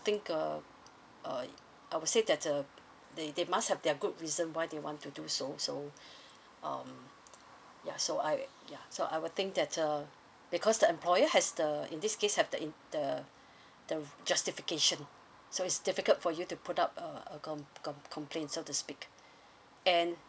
think uh uh I would say that uh they they must have their good reason why they want to do so so um ya so I ya so I will think that uh because the employer has the in this case have the in the the justification so is difficult for you to put up a a com com complain so to speak and